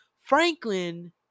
Franklin